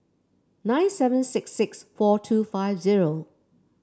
nine seven six six four two five zero